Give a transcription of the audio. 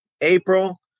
April